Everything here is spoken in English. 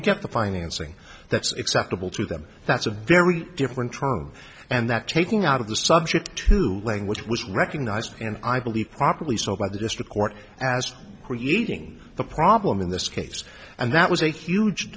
to get the financing that's acceptable to them that's a very different term and that taking out of the subject to language was recognized and i believe properly so by the district court as creating the problem in this case and that was a huge